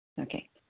Okay